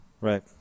Right